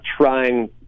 trying